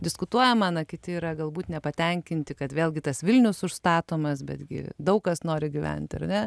diskutuojama na kiti yra galbūt nepatenkinti kad vėlgi tas vilnius užstatomas betgi daug kas nori gyventi ar ne